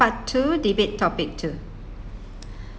part two debate topic two